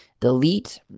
Delete